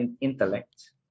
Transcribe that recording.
intellect